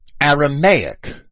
Aramaic